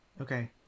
Okay